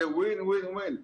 זה win-win-win.